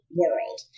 world